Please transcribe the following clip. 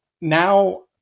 now